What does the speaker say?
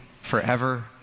forever